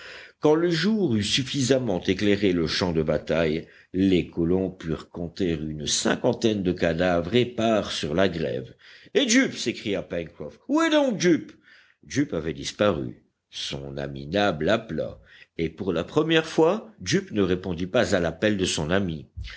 quand le jour eut suffisamment éclairé le champ de bataille les colons purent compter une cinquantaine de cadavres épars sur la grève et jup s'écria pencroff où est donc jup jup avait disparu son ami nab l'appela et pour la première fois jup ne répondit pas à l'appel de son ami